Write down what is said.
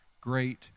great